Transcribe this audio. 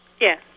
Yes